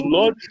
Lord